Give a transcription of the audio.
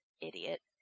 Idiot